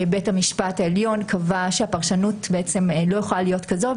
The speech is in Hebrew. בית המשפט העליון קבע שהפרשנות בעצם לא יכולה להיות כזאת,